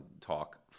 talk